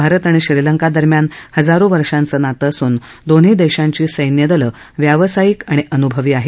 भारत आणि श्रीलंका दरम्यान हजारो वर्षांचं नातं असून दोन्ही देशांची सैन्यदलं व्यावसायिक आणि अनुभवी आहेत